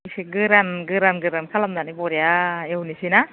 इसे गोरान गोरान गोरान खालामनानै बरिया एवनोसै ना